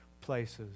places